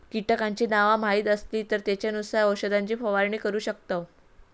कीटकांची नावा माहीत असली तर त्येंच्यानुसार औषधाची फवारणी करू शकतव